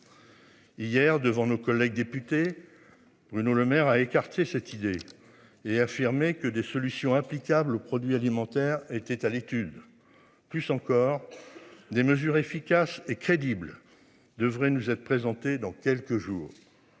Hier devant nos collègues députés. Bruno Lemaire a écarté cette idée et affirmé que des solutions applicables aux produits alimentaires étaient à l'étude plus encore. Des mesures efficaces et crédibles devrait nous être présenté dans quelques jours.